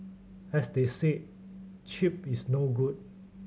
as they say cheap is no good